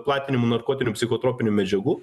platinimu narkotinių psichotropinių medžiagų